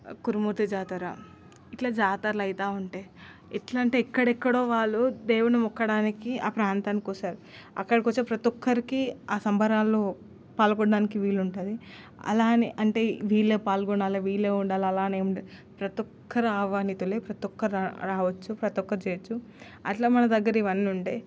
కురుమూర్తి జాతర ఇట్లా జాతరలైతూ ఉంటాయి ఎట్లా అంటే ఎక్కడెక్కడో వాళ్ళు దేవుని మొక్కడానికి ఆ ప్రాంతానికి వస్తారు అక్కడికి వస్తే ప్రతి ఒక్కరికి ఆ సంబరాల్లో పాల్గొనడానికి వీలు ఉంటుంది అలా అని అంటే వీళ్ళే పాల్గొనాల వీళ్ళే ఉండాలి అలానే ఏం లేదు ప్రతి ఒక్కరు ఆహ్వానితులే ప్రతి ఒక్కరూ రావచ్చు ప్రతి ఒక్కరూ చేయవచ్చుఅట్లా మన దగ్గర ఇవన్నీ ఉంటాయి